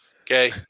Okay